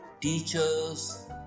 teachers